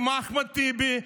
עם אחמד טיבי,